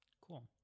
Cool